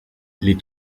les